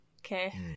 Okay